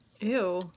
Ew